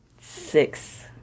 Six